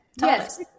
Yes